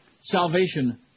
Salvation